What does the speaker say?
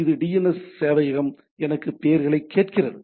இது டிஎன்எஸ் சேவையகம் எனக்கு பெயர்களைக் கேட்கிறது